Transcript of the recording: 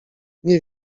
nie